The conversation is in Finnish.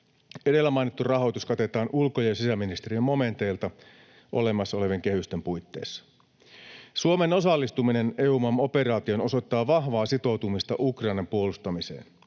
Edellä mainittu rahoitus katetaan ulko- ja sisäministeriön momenteilta olemassa olevien kehysten puitteissa. Suomen osallistuminen EUMAM-operaatioon osoittaa vahvaa sitoutumista Ukrainan puolustamiseen.